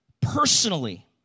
personally